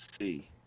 see